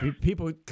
people